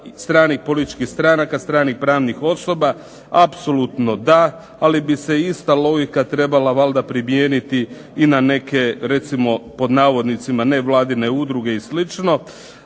stranih političkih stranaka, stranih pravnih osoba. Apsolutno da, ali bi se ista logika trebala valjda primijeniti i na neke recimo "nevladine udruge". Ali